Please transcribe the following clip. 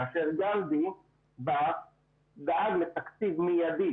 כאשר גנדי דאג לתקציב מידי